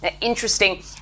interesting